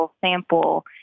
sample